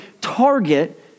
Target